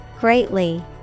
Greatly